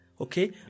okay